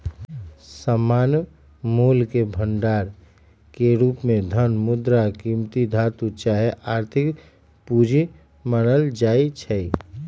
सामान्य मोलके भंडार के रूप में धन, मुद्रा, कीमती धातु चाहे आर्थिक पूजी मानल जाइ छै